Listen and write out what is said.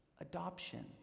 adoption